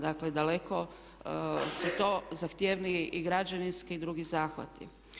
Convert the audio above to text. Dakle daleko su to zahtjevniji i građevinski i drugi zahvati.